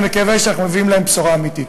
אני מקווה שאנחנו מביאים להם בשורה אמיתית.